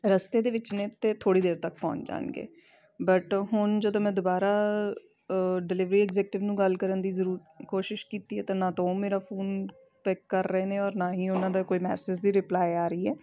ਰਸਤੇ ਦੇ ਵਿੱਚ ਨੇ ਅਤੇ ਥੋੜ੍ਹੀ ਦੇਰ ਤੱਕ ਪਹੁੰਚ ਜਾਣਗੇ ਬਟ ਹੁਣ ਜਦੋਂ ਮੈਂ ਦੁਬਾਰਾ ਡਿਲੀਵਰੀ ਐਕਜੈਕਿਟਵ ਨੂੰ ਗੱਲ ਕਰਨ ਦੀ ਜਰੂਰ ਕੋਸ਼ਿਸ਼ ਕੀਤੀ ਤਾਂ ਨਾ ਤਾਂ ਉਹ ਮੇਰਾ ਫੋਨ ਪਿੱਕ ਕਰ ਰਹੇ ਨੇ ਔਰ ਨਾ ਹੀ ਉਹਨਾਂ ਦਾ ਕੋਈ ਮੈਸੇਜ ਦੀ ਰਿਪਲਾਈ ਆ ਰਹੀ ਹੈ